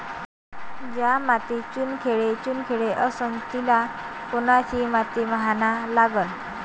ज्या मातीत चुनखडे चुनखडे असन तिले कोनची माती म्हना लागन?